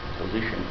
position